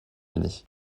unis